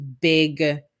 big